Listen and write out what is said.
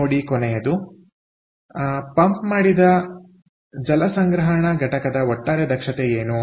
ನೋಡಿ ಕೊನೆಯದು ಪಂಪ್ ಮಾಡಿದ ಜಲ ಸಂಗ್ರಹಣಾ ಘಟಕದ ಒಟ್ಟಾರೆ ದಕ್ಷತೆ ಏನು